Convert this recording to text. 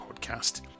podcast